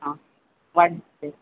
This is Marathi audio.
हां वाट बघते